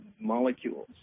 molecules